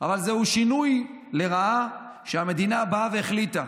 אבל זה שינוי לרעה שהמדינה באה והחליטה